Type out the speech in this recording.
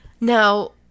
Now